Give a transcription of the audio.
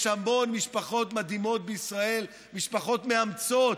יש המון משפחות מדהימות בישראל, משפחות מאמצות.